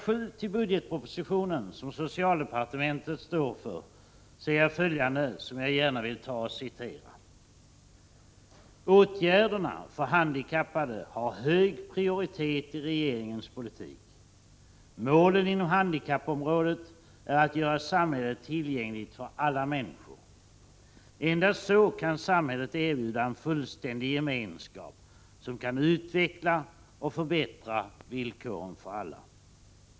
7 till budgetpropositionen, som socialdepartementet står för, ser jag följande som jag gärna vill citera: ”Åtgärderna för handikappade har hög prioritet i regeringens politik. Målet inom handikappområdet är att göra samhället tillgängligt för alla människor. Endast så kan samhället erbjuda en fullständig gemenskap, som kan utveckla och förbättra villkoren för alla.